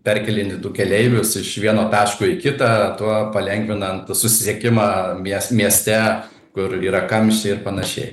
perkėlini du keleivius iš vieno taško į kitą tuo palengvinant susisiekimą mies mieste kur yra kamščiai ir panašiai